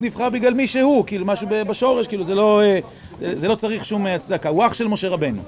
נבחר בגלל מי שהוא, כאילו משהו בשורש, זה לא צריך שום הצדקה, הוא אח של משה רבנו.